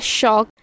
shock